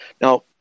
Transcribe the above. Now